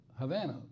Havana